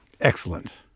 Excellent